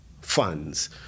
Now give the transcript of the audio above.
funds